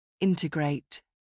Integrate